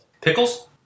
Pickles